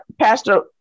Pastor